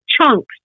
chunks